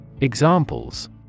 Examples